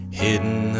hidden